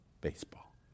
baseball